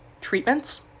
treatments